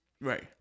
right